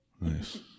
nice